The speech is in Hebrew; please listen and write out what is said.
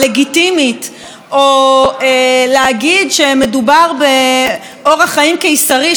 או להגיד שמדובר באורח חיים קיסרי שלו ושל משפחתו זו הסתה,